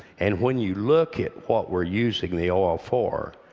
and when you look at what we're using the oil for,